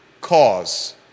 cause